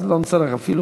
אז לא נצטרך להגביל,